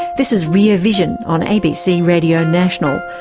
this is rear vision on abc radio national.